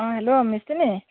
অঁ হেল্ল' মিস্ত্ৰীনি